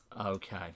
Okay